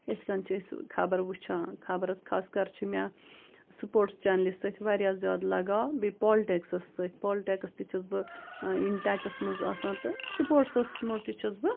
یِتھ کٔنۍ چھِ أسۍ خبر وٕچھان خبر حظ خاص کَر چھِ مےٚ سُپوٹٕس چنلہِ سۭتۍ واریاہ زیادٕ لَگاو بیٚیہِ پالٹِکسَس سۭتۍ پالٹٮ۪کٕس تہِ چھَس بہٕ اِن ٹَچس منٛز آسان تہٕ سُپوٹسَس منٛز تہِ چھَس بہٕ